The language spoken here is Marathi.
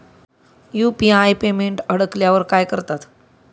यु.पी.आय पेमेंट अडकल्यावर काय करतात?